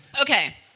Okay